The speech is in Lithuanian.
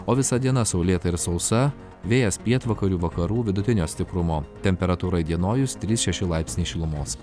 o visa diena saulėta ir sausa vėjas pietvakarių vakarų vidutinio stiprumo temperatūra įdienojus trys šeši laipsniai šilumos